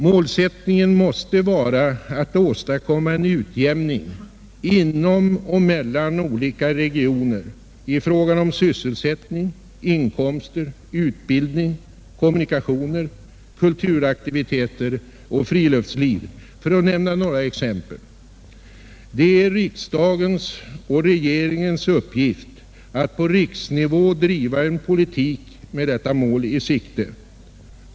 Målsättningen måste vara att åstadkomma en utjämning inom och mellan olika regioner i fråga om sysselsättning, inkomster, utbildning, kommunikationer, kulturaktiviteter och friluftsliv — för att nämna några exempel. Det är riksdagens och regeringens uppgift att på riksnivå driva en politik med detta mål i sikte.